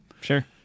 Sure